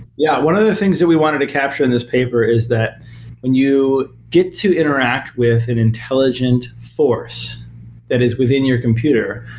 yeah. one of the things we wanted to capture in this paper is that when you get to interact with an intelligent force that is within your computer,